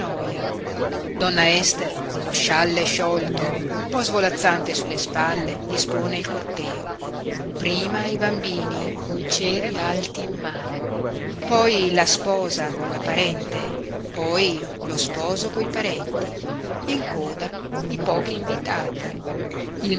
donna ester con lo scialle sciolto un po svolazzante sulle spalle dispone il corteo prima i bambini coi ceri alti in mano poi la sposa con la parente poi lo sposo coi parenti in coda i pochi invitati